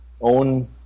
own